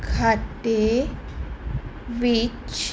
ਖਾਤੇ ਵਿੱਚ